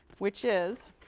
which is